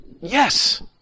Yes